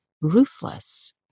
Ruthless